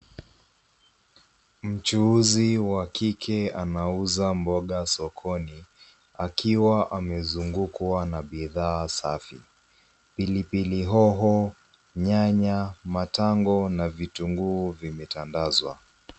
Mchuuzi wa kike anauza mboga sokoni, akiwa amezungukwa na bidhaa safi. Pilipili hoho, nyanya, matango, na vitunguu vimetandazwa.